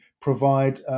provide